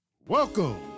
Welcome